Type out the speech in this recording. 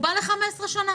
הוא בא ל-15 שנים.